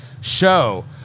show